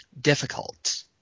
difficult